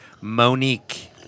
Monique